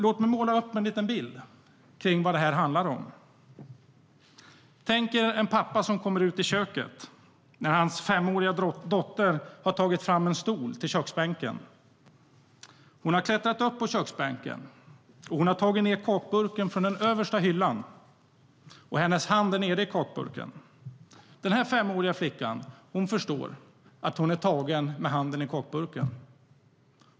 Låt mig måla upp en liten bild av vad detta handlar om. Tänk er en pappa som kommer ut i köket när hans femåriga dotter har tagit fram en stol till köksbänken. Hon har klättrat upp på köksbänken, hon har tagit ned kakburken från den översta hyllan och hennes hand är nere i kakburken. Denna femåriga flicka förstår att hon är tagen med handen i kakburken.